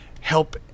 Help